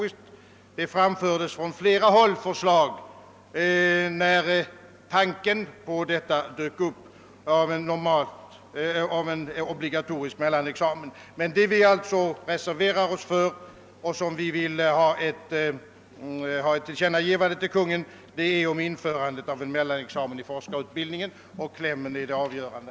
Ett sådant förslag framfördes från flera håll när tanken på en mellan examen dök upp, men det som vi reserverar oss för och som vi vill att riksdagen skall tillkännage för Kungl. Maj:t är att riksdagen skall uttala sig för en mellanexamen i forskarutbildningen. Det är klämmen som är avgörande.